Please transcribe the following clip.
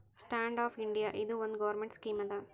stand up India ಇದು ಒಂದ್ government scheme ಅದಾ